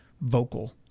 vocal